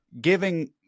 Giving